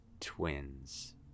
twins